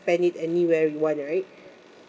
spend it anywhere you want one right